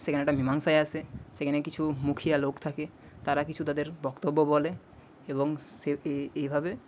সেখানে একটা মীমাংসায় আসে সেখানে কিছু মুখিয়া লোক থাকে তারা কিছু তাদের বক্তব্য বলে এবং সে এইভাবে